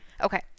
Okay